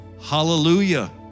hallelujah